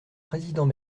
président